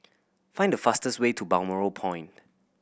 find the fastest way to Balmoral Point